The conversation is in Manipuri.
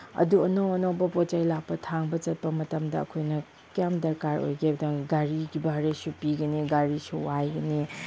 ꯑꯗꯨ ꯑꯅꯧ ꯑꯅꯧꯕ ꯄꯣꯠ ꯆꯩ ꯂꯥꯛꯄ ꯊꯥꯡꯕ ꯆꯠꯄ ꯃꯇꯝꯗ ꯑꯩꯈꯣꯏꯅ ꯀꯌꯥꯝ ꯗꯔꯀꯥꯔ ꯑꯣꯏꯒꯦ ꯍꯥꯏꯕꯗ ꯒꯥꯔꯤꯒꯤ ꯚꯔꯥꯁꯨ ꯄꯤꯒꯅꯤ ꯒꯥꯔꯤꯁꯨ ꯋꯥꯏꯒꯅꯤ